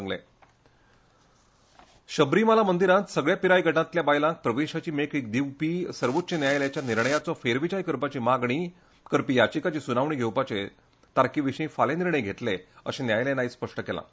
सबरीमाला देवळांत सगल्या पिरायेच्या गटांतल्या बायलांक प्रवेशाची मेकळीक दिवपी सर्वोच्च न्यायालयाच्या निर्णयाचो फेरविचार करपाची मागणी करपी याचिकेची सुनावणी घेवपाचे तारके विशीं फाल्यां निर्णय घेतले अशें न्यायालयान आयज स्पश्ट केलां